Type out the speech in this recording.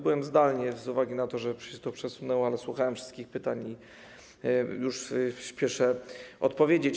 Byłem zdalnie z uwagi na to, że się to przesunęło, ale słuchałem wszystkich pytań i już spieszę na nie odpowiedzieć.